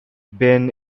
ben